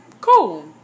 cool